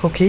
সুখী